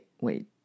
wait